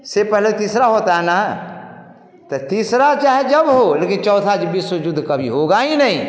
इससे पहले तीसरा होता है ना त तीसरा चाहे जब हो लेकिन चौथा विश्व युद्ध कभी होगा ही नहीं